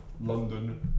London